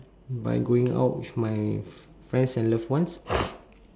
by going out with my friends and loved ones